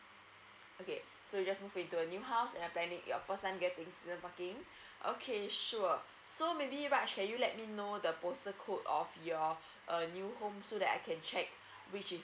okay so you just move into a new house and you're planning your first time getting season parking okay sure so maybe raj can you let me know the postal code of your err new home so that I can check which is